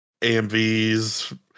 AMVs